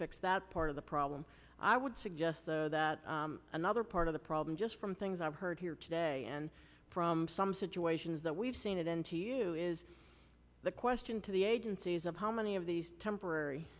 fix that part of the problem i would suggest though that another part of the problem just from things i've heard here today and from some situations that we've seen it in t is the question to the agencies of how many of these temporary